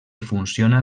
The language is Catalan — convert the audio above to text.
funciona